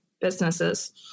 businesses